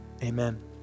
amen